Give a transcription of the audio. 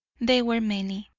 they were many.